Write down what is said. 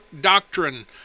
doctrine